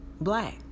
black